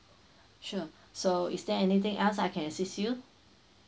sure so is there anything else I can assist you